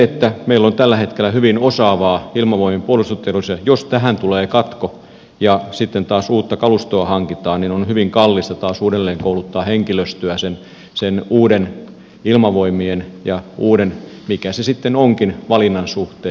meillä on tällä hetkellä hyvin osaavaa ilmavoimien puolustushenkilöstöä ja jos tähän tulee katko ja sitten taas uutta kalustoa hankitaan niin on hyvin kallista taas uudelleen kouluttaa henkilöstöä sen uuden ilmavoimien ja uuden mikä se sitten onkin valinnan suhteen